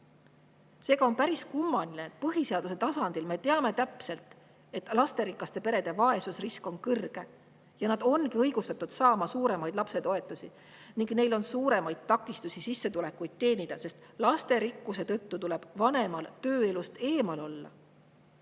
Seega on päris kummaline, et põhiseaduse tasandil me teame täpselt, et lasterikaste perede vaesusrisk on kõrge ja nad ongi õigustatud saama suuremaid lapsetoetusi ning neil on suuremaid takistusi sissetulekuid teenida, sest lasterikkuse tõttu tuleb vanemal tööelust eemal olla,